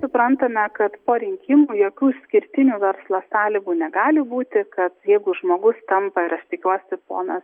suprantame kad po rinkimų jokių išskirtinių verslo sąlygų negali būti kad jeigu žmogus tampa ir aš tikiuosi ponas